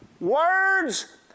words